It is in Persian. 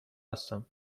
هستم